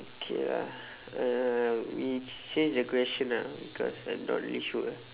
okay ah uh we change the question ah because I'm not really sure ah